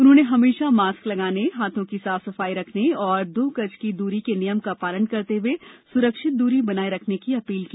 उन्होंने हमेशा मास्क लगाने हाथों की साफ सफाई रखने और दो गज की दूरी के नियम का पालन करते हुए सुरक्षित दूरी बनाए रखने की अपील की